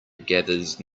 gathers